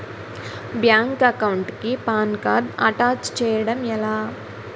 Bank account కి PAN card attach చేయడం ఎలా?